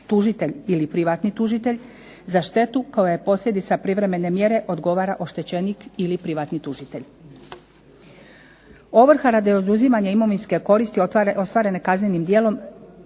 tužitelj ili privatni tužitelj za štetu kojoj je posljedica privremene mjere odgovara oštećenih ili privatni tužitelj. Ovrha radi oduzimanja imovinske koristi ostvarene kaznenim djelom